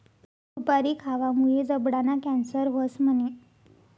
सुपारी खावामुये जबडाना कॅन्सर व्हस म्हणे?